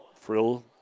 Frill